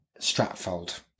Stratfold